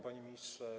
Panie Ministrze!